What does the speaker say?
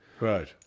Right